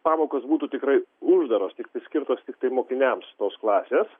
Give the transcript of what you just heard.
pamokos būtų tikrai uždaros skirtos tiktai mokiniams tos klasės